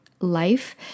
life